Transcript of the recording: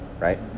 Right